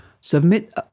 Submit